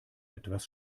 etwas